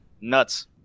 Nuts